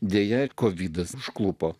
deja kovidas užklupo